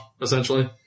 essentially